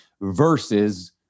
Versus